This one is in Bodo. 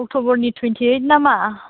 अक्ट'बरनि टुवेन्टिएइद नामा